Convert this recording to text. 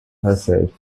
herself